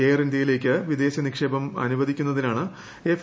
air ഇന്ത്യയിലേക്ക് വിദേശ നിക്ഷേപം അനുവദിക്കുന്നതിനാണ് എഫ്